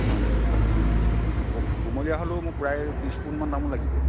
হয় নিকি কোমলীয়া হ'লেও মোক প্ৰায় ত্ৰিছ পোণমান তামোল লাগিব